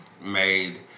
made